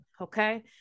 okay